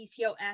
PCOS